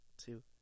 Two